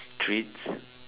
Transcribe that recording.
treats